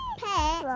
pet